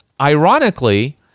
ironically